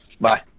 Bye